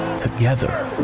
together.